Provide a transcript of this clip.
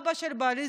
אבא של בעלי,